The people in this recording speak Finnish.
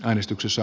äänestyksessä